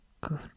Good